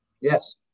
Yes